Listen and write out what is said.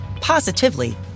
positively